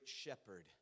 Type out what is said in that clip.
shepherd